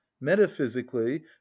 metaphysically